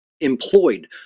employed